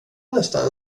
nästan